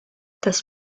das